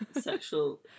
sexual